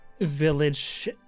village